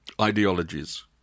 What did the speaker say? ideologies